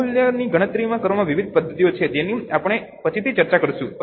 અવમૂલ્યનની ગણતરી કરવાની વિવિધ પદ્ધતિઓ છે જેની આપણે પછીથી ચર્ચા કરીશું